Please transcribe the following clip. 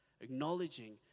acknowledging